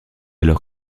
alors